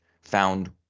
found